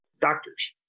Doctors